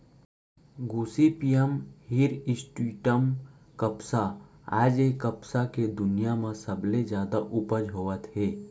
Gossypium hirsutum कपसा आज ए कपसा के दुनिया म सबले जादा उपज होवत हे